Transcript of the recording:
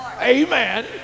amen